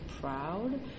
proud